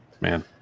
Man